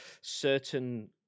certain